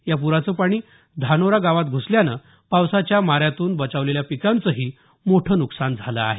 या प्राचं पाणी धानोरा गावात घुसल्यामुळे पावसाच्या माऱ्यातून बचावलेल्या पिकांचंही मोठं नुकसान झालं आहे